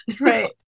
Right